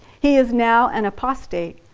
he is now an apostate,